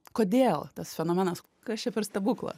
kodėl tas fenomenas kas čia per stebukla